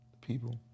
people